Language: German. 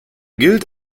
gilt